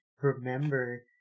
remember